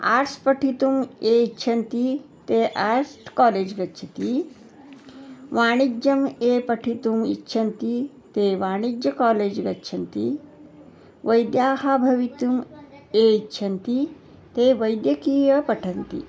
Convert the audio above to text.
arts पठितुम् ये इच्छन्ति ते आर्ट्स् कालेज् गच्छति वाणिज्यं ये पठितुम् इच्छन्ति ते वाणिज्य कालेज् गच्छन्ति वैद्याः भवितुं ये इच्छन्ति ते वैद्यकीयं पठन्ति